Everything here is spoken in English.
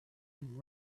and